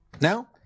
now